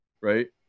Right